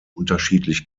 unterschiedlich